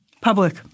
public